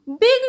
big